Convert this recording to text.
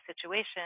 situation